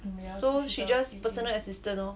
so she just personal assistant lor